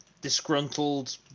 disgruntled